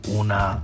una